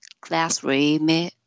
classroom